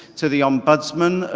to the ombudsman,